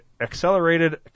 accelerated